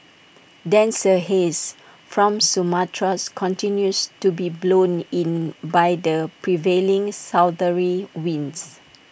denser haze from Sumatra continues to be blown in by the prevailing southerly winds